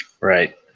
Right